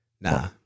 Nah